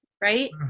right